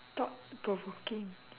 thought provoking